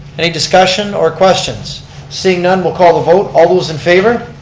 any discussion or questions? seeing none, we'll call the vote. all those in favor.